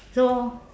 so